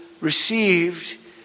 received